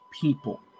people